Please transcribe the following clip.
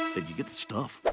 did you get the stuff?